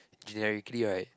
generically right